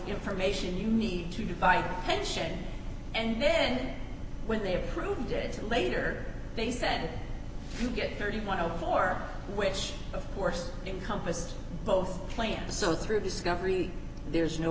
information you need to divide pension and then when they approved it later they said you get thirty one of four which of course encompassed both plans so through discovery there's no